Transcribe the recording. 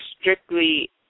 strictly